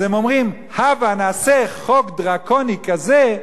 אז הם אומרים: הבה נעשה חוק דרקוני כזה,